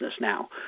now